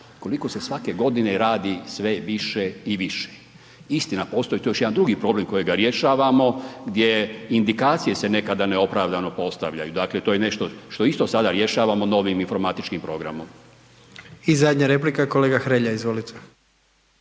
koliko se svake godine radi sve više i više. Istina postoji tu i još jedan drugi problem kojega rješavamo gdje indikacije se nekada neopravdano postavljaju, dakle to je nešto što isto sada rješavamo novim informatičkim programom. **Jandroković, Gordan (HDZ)** I zadnja replika, kolega Hrelja. Izvolite.